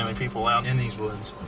um and people allowed in these woods.